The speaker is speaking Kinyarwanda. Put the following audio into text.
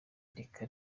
reka